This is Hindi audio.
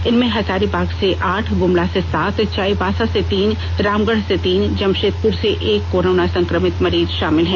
इनमें हजारीबाग से आठ गुमला से सात चाईबासा से तीन रामगढ़ से तीन और जमशेदपुर से एक कोरोना संक्रमित मरीज शामिल है